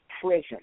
prison